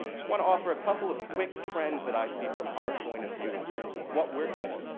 just want to offer a couple of quick trends that i see from our point of view in terms of what we're getting.